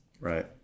Right